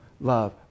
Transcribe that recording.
love